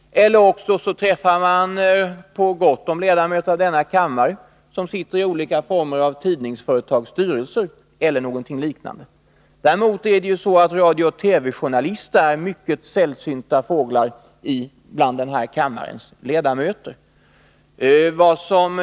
Man träffar också på gott om ledamöter i denna kammare som sitter i olika former av tidningsföretags styrelser eller liknande. Däremot är radiooch TV journalister mycket sällsynta fåglar bland denna kammares ledamöter. Herr talman!